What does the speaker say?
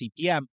CPM